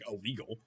illegal